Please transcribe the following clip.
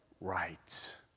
right